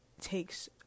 takes